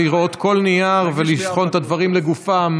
אני אשמח לראות כל נייר ולבחון את הדברים לגופם.